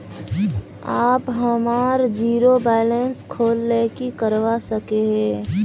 आप हमार zero balance खोल ले की करवा सके है?